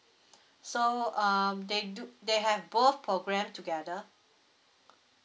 so um they do they have both program together